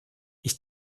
ich